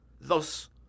thus